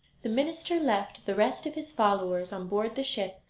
the minister left the rest of his followers on board the ship,